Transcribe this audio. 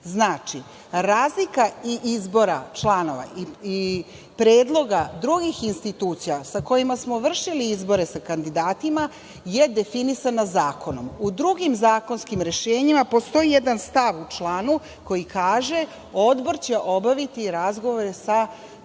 razlika izbora članova i predloga drugih institucija sa kojima smo vršili izbore sa kandidatima je definisana zakonom. U drugim zakonskim rešenjima postoji jedan stav u članu koji kaže – odbor će obaviti razgovore sa kandidatima